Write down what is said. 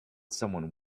someone